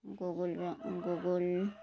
ଗୁଗୁଲ୍ର Google